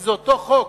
שזה אותו חוק,